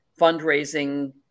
fundraising